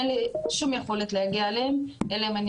אין לי שום יכולת להגיע אליהם אלא אם אני